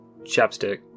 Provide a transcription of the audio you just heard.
chapstick